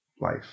life